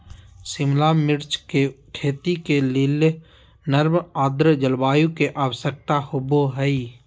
शिमला मिर्च के खेती के लेल नर्म आद्र जलवायु के आवश्यकता होव हई